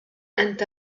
أنت